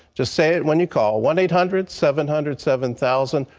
just say it when you call. one eight hundred seven hundred seven thousand.